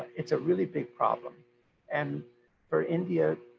it's a really big problem and for india,